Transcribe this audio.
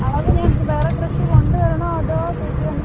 അളവ് ഞാൻ വേറെ ഡ്രസ്സ് കൊണ്ട് വരണോ അതോ ചേച്ചി തന്നെ